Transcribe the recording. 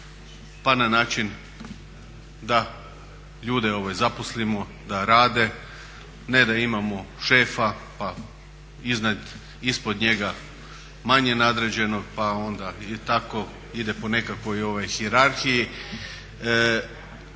pa na način da ljude zaposlimo da rade, ne da imamo šefa pa ispod njega manje nadređenog pa onda tako ide po nekakvoj hijerarhiji